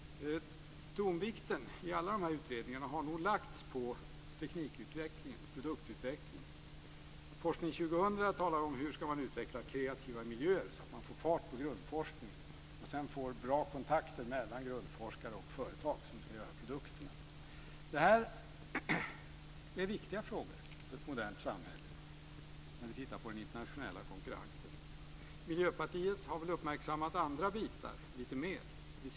Tonvikten i alla dessa utredningar har nog lagts på teknikutvecklingen, produktutvecklingen. I Forskning 2000 talas det om hur man utvecklar kreativa miljöer så att det blir fart på grundforskningen och sedan bra kontakter mellan grundforskare och de företag som ska göra produkterna. Det här är viktiga frågor för ett modernt samhälle, sett till den internationella konkurrensen. Miljöpartiet har kanske uppmärksammat andra bitar lite mer.